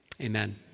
Amen